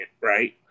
right